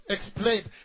explained